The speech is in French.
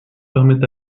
permet